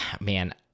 Man